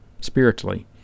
spiritually